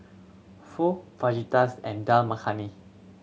Pho Fajitas and Dal Makhani